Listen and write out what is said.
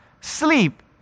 sleep